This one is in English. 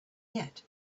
yet